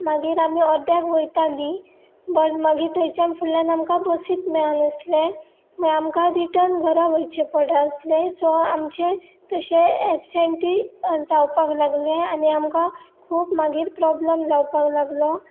मागीर आमी अर्द्याक वयतालीं बट मागीर थंयच्यान फुडल्यान आमकां बसीत मेळनासलें मागी आमकां रिटर्न घरा वयचें पड आसलें सो आमचे तशें एब्सेंंटी जावपाक लागले आनी आमकां खूब मागीर प्रोब्लम जावपाक लागलो